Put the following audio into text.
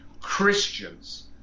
christians